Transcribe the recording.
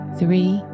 three